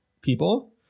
people